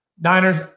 Niners